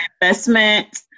investment